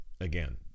again